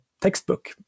textbook